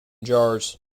jars